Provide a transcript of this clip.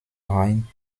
rhein